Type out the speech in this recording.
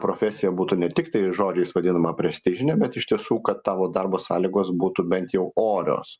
profesija būtų ne tik tai žodžiais vadinama prestižine bet iš tiesų kad tavo darbo sąlygos būtų bent jau orios